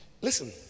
listen